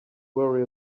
worry